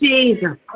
Jesus